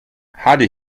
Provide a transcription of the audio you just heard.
hardy